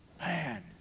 Man